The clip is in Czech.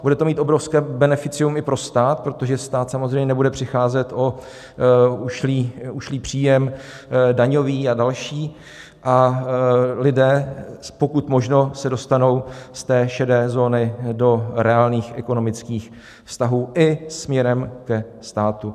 Bude to mít obrovské beneficium i pro stát, protože stát samozřejmě nebude přicházet o ušlý příjem daňový a další a lidé, pokud možno, se dostanou z šedé zóny do reálných ekonomických vztahů i směrem ke státu.